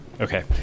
Okay